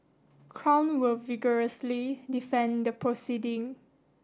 crown will vigorously defend the proceeding